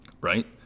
right